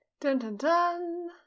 Dun-dun-dun